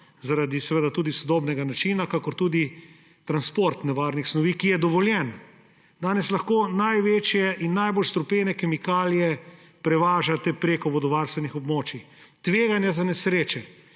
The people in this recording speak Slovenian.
zaradi seveda sodobnega načina, kakor tudi transport nevarnih snovi, ki je dovoljen. Danes lahko največje in najbolj strupene kemikalije prevažate preko vodovarstvenih območij. Tveganje za nesreče,